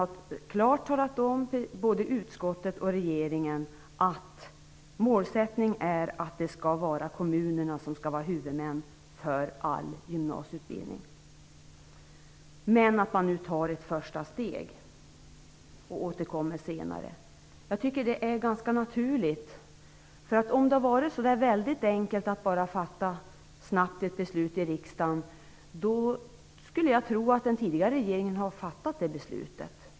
Man har alltså både i utskottet och i regeringen klart uttalat att målsättningen är att kommunerna skall vara huvudman för all gymnasieutbildning. Nu tas ett första steg och senare återkommer man. Jag tycker att detta är ganska naturligt. Om det hade varit väldigt enkelt att helt snabbt fatta beslut i riksdagen skulle jag tro att den tidigare regeringen hade fattat beslut.